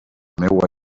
meua